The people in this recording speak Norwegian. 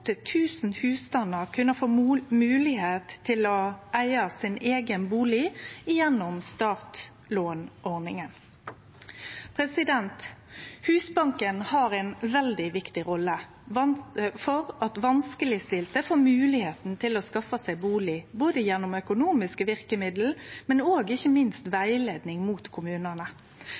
kunne få moglegheit til å eige sin eigen bustad gjennom startlånordninga. Husbanken har ei veldig viktig rolle for at vanskelegstilte får moglegheita til å skaffe seg bustad, både gjennom økonomiske verkemiddel og ikkje minst gjennom rettleiing mot kommunane.